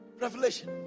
Revelation